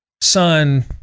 son